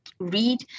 read